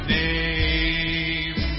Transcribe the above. name